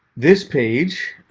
this page,